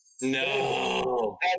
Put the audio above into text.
No